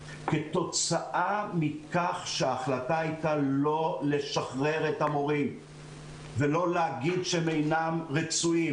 כתוצאה מההחלטה לא לשחרר את המורים ולא להגיד שהם אינם רצויים